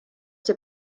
see